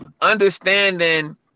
understanding